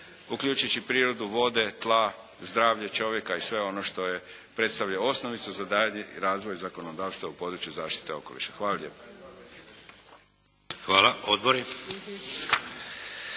uključujući i prirodu vode, tla, zdravlje čovjeka što predstavlja osnovicu za dalji razvoj zakonodavstva u području zaštite okoliša. Hvala. **Šeks, Vladimir